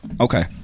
Okay